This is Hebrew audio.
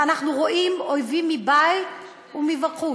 ואנחנו רואים אויבים מבית ומבחוץ,